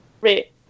Right